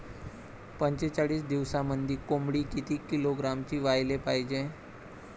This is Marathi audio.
पंचेचाळीस दिवसामंदी कोंबडी किती किलोग्रॅमची व्हायले पाहीजे?